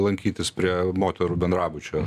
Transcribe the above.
lankytis prie moterų bendrabučio